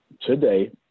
today